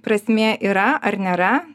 prasmė yra ar nėra